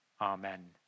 Amen